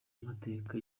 mateka